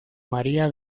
maría